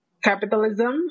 capitalism